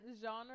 genre